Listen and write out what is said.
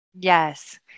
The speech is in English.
Yes